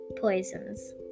poisons